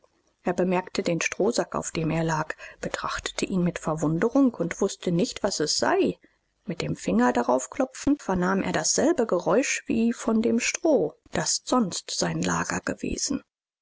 er bemerkte den strohsack auf dem er lag betrachtete ihn mit verwunderung und wußte nicht was es sei mit dem finger darauf klopfend vernahm er dasselbe geräusch wie von dem stroh das sonst sein lager gewesen